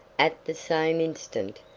at the same instant,